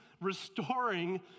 restoring